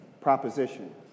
proposition